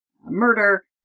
murder